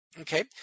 Okay